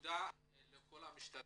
תודה לכל המשתתפים.